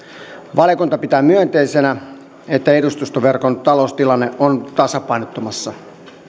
valiokunta pitää myönteisenä että edustustoverkon taloustilanne on tasapainottumassa